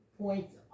points